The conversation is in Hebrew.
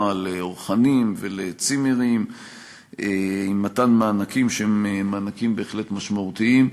לאורחנים ולצימרים במתן מענקים שהם מענקים בהחלט משמעותיים,